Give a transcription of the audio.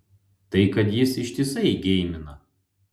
tai kad jis ištisai geimina